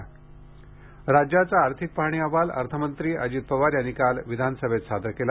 आर्थिक पाहणी अहवाल राज्याचा आर्थिक पाहणी अहवाल अर्थमंत्री अजित पवार यांनी काल विधानसभेत सादर केला